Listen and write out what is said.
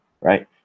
right